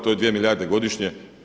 To je 2 milijarde godišnje.